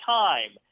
time